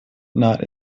knot